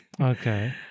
Okay